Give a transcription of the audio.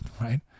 right